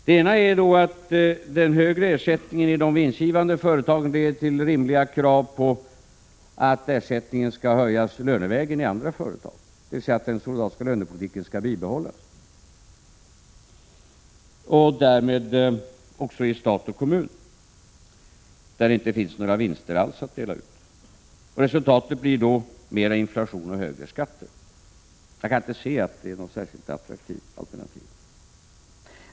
Det ena är att den högre ersättningen i de vinstgivande företagen leder till rimliga krav på att ersättningen skall höjas lönevägen i andra företag, dvs. den solidariska lönepolitiken skall bibehållas, också i stat och kommun, där det inte alls finns några vinster att dela ut. Resultatet blir då mera inflation och högre skatter. Jag kan inte se att det är något särskilt attraktivt alternativ.